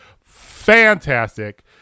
fantastic